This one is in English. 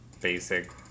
basic